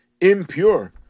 impure